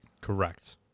Correct